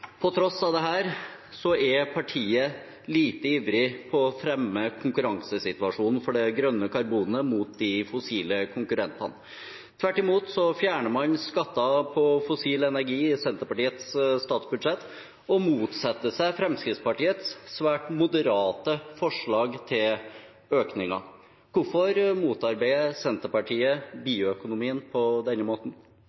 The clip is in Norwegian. På tross av dette er partiet lite ivrig etter å fremme konkurransesituasjonen for det grønne karbonet opp mot de fossile konkurrentene. Tvert imot fjerner man skatter på fossil energi i Senterpartiets statsbudsjett og motsetter seg Fremskrittspartiets svært moderate forslag til økninger. Hvorfor motarbeider Senterpartiet